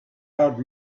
out